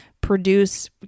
produce